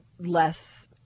less